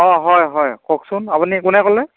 অঁ হয় হয় কওকচোন আপুনি কোনে ক'লে